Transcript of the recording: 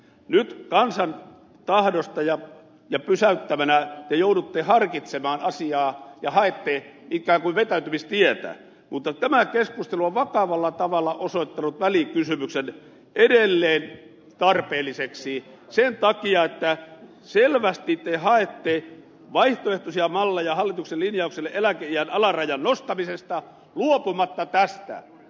nyt kansan tahdosta ja pysäyttämänä te joudutte harkitsemaan asiaa ja haette ikään kuin vetäytymistietä mutta tämä keskustelu on vakavalla tavalla osoittanut välikysymyksen edelleen tarpeelliseksi sen takia että selvästi te haette vaihtoehtoisia malleja hallituksen linjaukselle eläkeiän alarajan nostamisesta luopumatta tästä